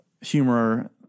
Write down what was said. humor